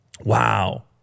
Wow